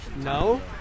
No